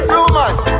Rumors